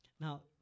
Now